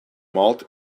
malt